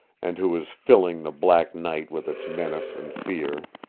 and who was filling the black night with its menace and fear.